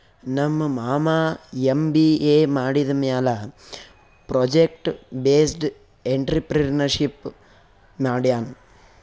ನಮ್ ಮಾಮಾ ಎಮ್.ಬಿ.ಎ ಮಾಡಿದಮ್ಯಾಲ ಪ್ರೊಜೆಕ್ಟ್ ಬೇಸ್ಡ್ ಎಂಟ್ರರ್ಪ್ರಿನರ್ಶಿಪ್ ಮಾಡ್ಯಾನ್